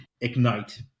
ignite